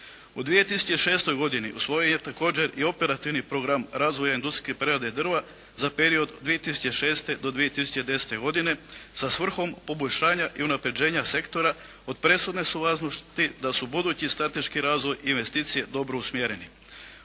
U 2006. godini usvojila je također i Operativni program razvoja industrijske prerade drva za period 2006. do 2010. godine sa svrhom poboljšanja i unapređenja sektora. Od presudne su važnosti da su budući strateški razvoj i investicije dobro usmjereni.